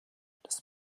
das